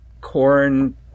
corn